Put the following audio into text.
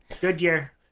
Goodyear